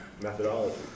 methodology